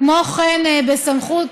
כמו כן, הסמכות